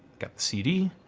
got the cd.